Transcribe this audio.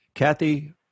Kathy